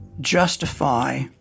justify